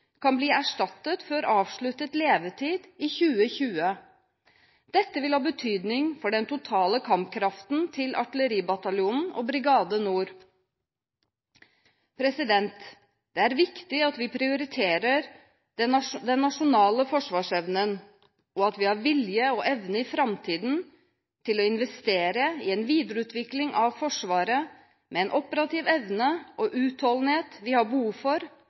kan bli erstattet før avsluttet levetid i 2020. Dette vil ha betydning for den totale kampkraften til artilleribataljonen og Brigade Nord. Det er viktig at vi prioriterer den nasjonale forsvarsevnen, og at vi har vilje og evne i framtiden til å investere i en videreutvikling av Forsvaret med en operativ evne og utholdenhet vi har behov for